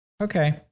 Okay